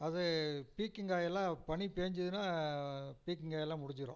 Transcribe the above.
அது பீர்க்கங்காய் எல்லாம் பனி பெய்ஞ்சதுனா பீர்க்கங்காய் எல்லாம் முடிஞ்சுடும்